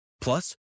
Plus